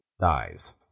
Dies